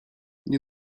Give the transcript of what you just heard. nie